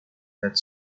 that